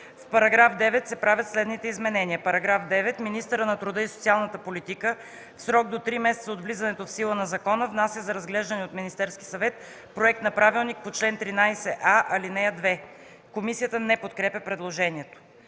„В § 9 се правят следните изменения: „§ 9. Министърът на труда и социалната политика в срок до 3 месеца от влизането в сила на закона внася за разглеждане от Министерския съвет проект на правилник по чл. 13а, ал. 2.” Комисията не подкрепя предложението.